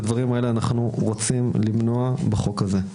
הדברים האלה אנחנו רוצים למנוע בחוק הזה,